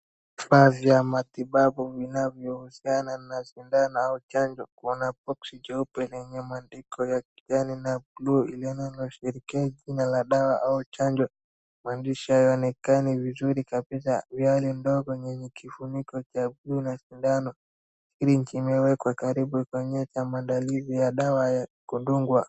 Chupa vya matibabu vinavyohusiana na sindano au chanjo. Kuna boksi jeupe lenye maandiko ya kijani na blue lile linaoshirikisha jina la dawa au chanjo. Maandishi hayaonekani vizuri kabisa. Viali ndogo yenye kifuniko cha blue na sindano kili nchi imewekwa karibu kwenye cha maandalizi ya dawa ya kudungwa.